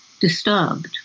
disturbed